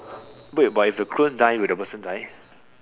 wait but if the clone die will the person die